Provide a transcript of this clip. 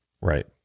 Right